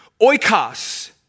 oikos